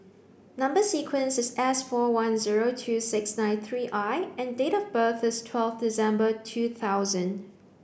number sequence is S four one zero two six nine three I and date of birth is twelve December two thousand